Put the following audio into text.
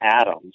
atoms